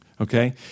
Okay